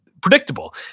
predictable